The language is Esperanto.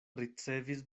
ricevis